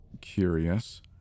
Curious